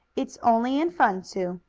it's only in fun, sue,